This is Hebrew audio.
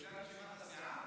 זה בגלל ישיבת הסיעה?